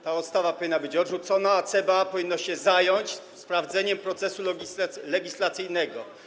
Ta ustawa powinna być odrzucona, a CBA powinno się zająć sprawdzeniem procesu legislacyjnego.